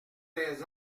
des